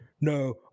no